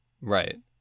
Right